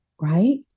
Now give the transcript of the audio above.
right